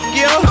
yo